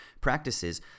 practices